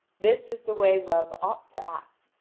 this is the way love ought to act,